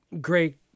great